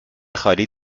خالی